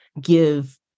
give